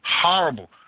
horrible